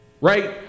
Right